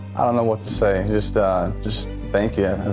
know what to say, just just thank you,